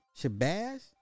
Shabazz